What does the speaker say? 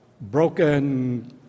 broken